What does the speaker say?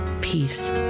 peace